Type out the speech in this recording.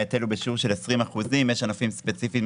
ההיטל הוא בשיעור של 20%. יש ענפים ספציפיים